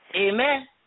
Amen